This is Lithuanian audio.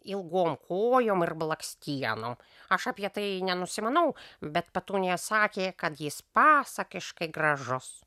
ilgom kojom ir blakstienom aš apie tai nenusimanau bet petunija sakė kad jis pasakiškai gražus